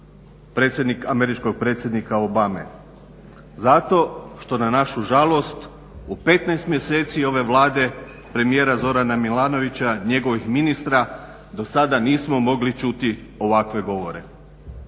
sa govorom američkog predsjednika Obame? Zato što na našu žalost u 15 mjeseci ove Vlade premijera Zorana Milanovića, njegovih ministara do sada nismo mogli čuti ovakve govore.